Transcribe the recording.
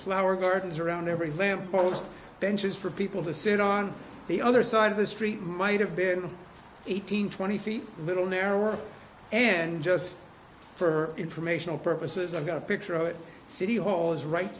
flower gardens around everywhere well it's benches for people to sit on the other side of the street might have been eighteen twenty feet middle narrower and just for informational purposes i got a picture of it city hall is right